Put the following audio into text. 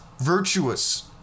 virtuous